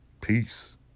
Peace